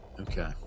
Okay